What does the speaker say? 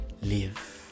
live